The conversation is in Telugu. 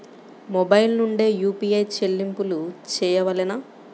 మొబైల్ నుండే యూ.పీ.ఐ చెల్లింపులు చేయవలెనా?